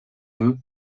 eux